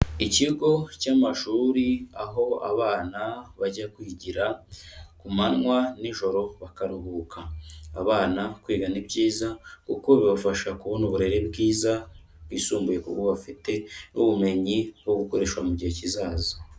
Ikigo cy'amashuri aho abana bajya kwigira ku manywa n'ijoro bakaruhuka, abana kwiga ni byiza kuko bibafasha kubona uburere bwiza bwisumbuye ku bafite n'ubumenyi bwo gukoresha mu gihe kizaza.